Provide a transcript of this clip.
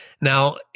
Now